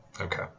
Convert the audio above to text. Okay